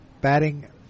Batting